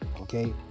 Okay